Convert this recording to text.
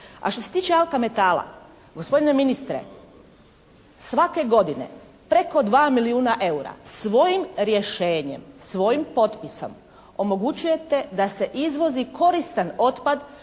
A što se tiče “Alkametala“ gospodine ministre, svake godine preko 2 milijuna eura svojim rješenjem, svojim potpisom omogućujete da se izvozi koristan otpad